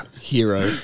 Hero